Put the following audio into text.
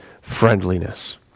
friendliness